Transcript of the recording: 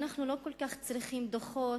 אנחנו לא כל כך צריכים דוחות